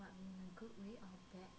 good way lah